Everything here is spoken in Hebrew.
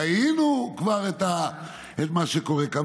ראינו את מה שקורה כאן,